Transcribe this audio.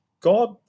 God